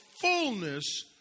fullness